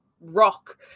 rock